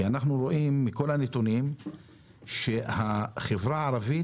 אנחנו רואים מכל הנתונים שהחברה הערבית